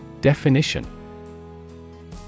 Definition